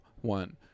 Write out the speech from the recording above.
one